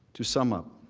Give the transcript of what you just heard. to sum up,